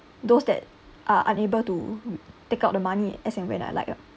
those that are unable to take out the money as and when I like lah